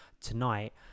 tonight